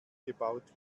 gebaut